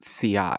ci